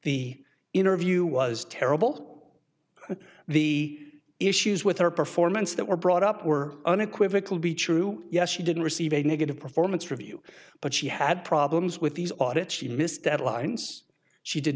the interview was terrible the issues with her performance that were brought up were unequivocal be true yes she didn't receive a negative performance review but she had problems with these audit she missed deadlines she did